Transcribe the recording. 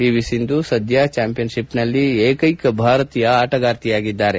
PV Sindhu ಸದ್ದ ಚಾಂಪಿಯನ್ಷಿಪ್ನಲ್ಲಿ ಏಕೈಕ ಭಾರತೀಯ ಆಟಗಾರ್ತಿಯಾಗಿದ್ದಾರೆ